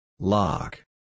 Lock